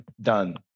done